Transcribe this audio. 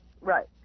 right